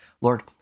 Lord